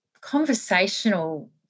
conversational